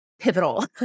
Pivotal